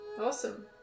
Awesome